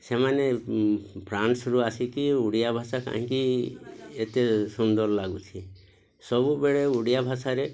ସେମାନେ ଫ୍ରାନ୍ସରୁ ଆସିକି ଓଡ଼ିଆ ଭାଷା କାହିଁକି ଏତେ ସୁନ୍ଦର ଲାଗୁଛି ସବୁବେଳେ ଓଡ଼ିଆ ଭାଷାରେ